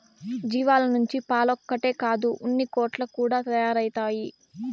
జీవాల నుంచి పాలొక్కటే కాదు ఉన్నికోట్లు కూడా తయారైతవి